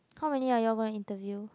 how many are you all gonna interview